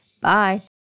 Bye